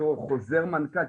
באותו חוזר מנכ"ל,